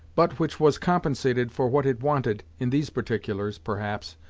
but which was compensated for what it wanted in these particulars, perhaps,